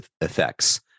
effects